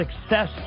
Success